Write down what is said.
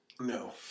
No